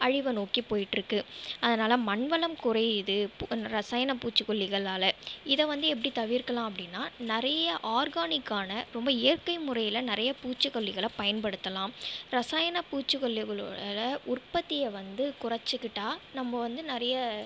அழிவை நோக்கி போய்ட்ருக்கு அதனால் மண்வளம் குறையுது பு ரசாயன பூச்சிக்கொல்லிகளால் இதை வந்து எப்படி தவிர்க்கலாம் அப்படின்னா நிறையா ஆர்கானிக்கான ரொம்ப இயற்கை முறையில் நிறைய பூச்சிக்கொல்லிகளை பயன்படுத்தலாம் ரசாயன பூச்சிக்கொல்லிகளோட உற்பத்தியை வந்து குறைச்சிக்கிட்டால் நம்ம வந்து நிறைய